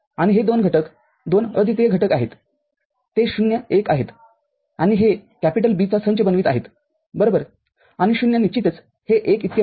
आणि हे २ घटक २अद्वितीय घटक आहेत ते ० १ आहेत आणि हे B चा संच बनवीत आहे बरोबर आणि ० निश्चितचहे १ इतके नाही